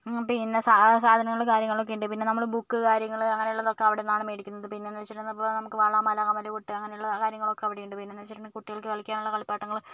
പിന്നെ സാ സാധങ്ങൾ കാര്യങ്ങളൊക്കെ ഉണ്ട് പിന്നെ നമ്മൾ ബുക്ക് കാര്യങ്ങൾ അങ്ങനെയുള്ളതൊക്കെ അവിടെ നിന്നാണ് മേടിക്കുന്നത് പിന്നെയെന്ന് വെച്ചിട്ടുണ്ടെങ്കിൽ ഇപ്പോൾ നമുക്ക് വള മാല കമ്മൽ പൊട്ട് അങ്ങനെയുള്ള കാര്യങ്ങളൊക്കെ അവിടെ ഉണ്ട് പിന്നെയെന്ന് വെച്ചിട്ടുണ്ടെങ്കിൽ കുട്ടികൾക്ക് കളിക്കാനുള്ള കളിപ്പാട്ടങ്ങൾ